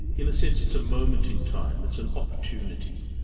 in a sense, it's a moment in time. it's an opportunity.